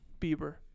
Bieber